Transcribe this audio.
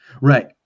Right